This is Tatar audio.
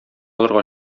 алырга